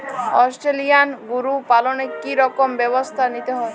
Australian গরু পালনে কি রকম ব্যবস্থা নিতে হয়?